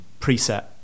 preset